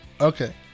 Okay